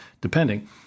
depending